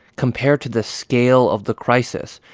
compared to the scale of the crisis,